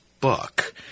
book